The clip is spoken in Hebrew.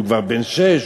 הוא כבר בן שש,